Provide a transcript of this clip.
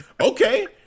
okay